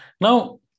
now